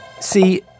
See